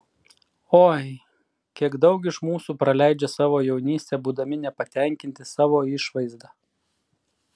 oi kiek daug iš mūsų praleidžia savo jaunystę būdami nepatenkinti savo išvaizda